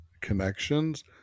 connections